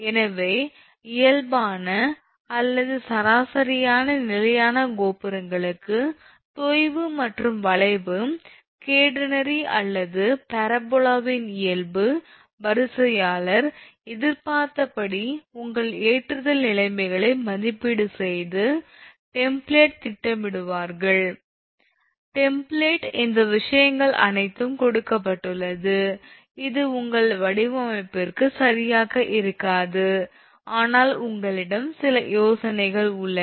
எனவே இயல்பான அல்லது சராசரியான நிலையான கோபுரங்களுக்கு தொய்வு மற்றும் வளைவு கேடனரி அல்லது பரபோலாவின் இயல்பு வரிசையாளர் எதிர்பார்த்தபடி உங்கள் ஏற்றுதல் நிலைமைகளை மதிப்பீடு செய்து டெம்ப்ளேட்டில் திட்டமிடுவார்கள் டெம்ப்ளேட் இந்த விஷயங்கள் அனைத்தும் கொடுக்கப்பட்டுள்ளது இது உங்கள் வடிவமைப்பிற்கு சரியாக இருக்காது ஆனால் உங்களிடம் சில யோசனைகள் உள்ளன